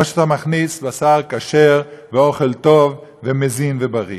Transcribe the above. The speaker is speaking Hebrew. או שאתה מכניס בשר כשר ואוכל טוב, מזין ובריא.